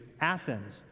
Athens